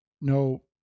no